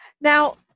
Now